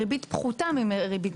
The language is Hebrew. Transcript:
זה משכנתא בריבית פחותה מריבית השוק.